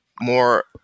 more